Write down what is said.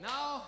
Now